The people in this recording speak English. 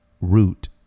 root